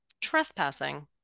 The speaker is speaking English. trespassing